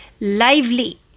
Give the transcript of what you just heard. lively